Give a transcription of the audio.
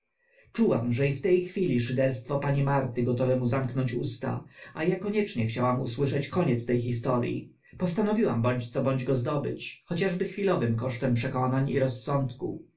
czułam że i w te chwili szyderstwo pani marty gotowe mu zamknąć usta a a koniecznie chciałam usłyszeć koniec te historii postanowiłam bądź co bądź go zdobyć chociażby chwilowym kosztem przekonań i rozsądku